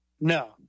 No